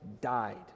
died